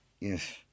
yes